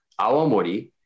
Awamori